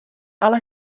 ale